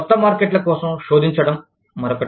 కొత్త మార్కెట్ల కోసం శోధించడం మరొకటి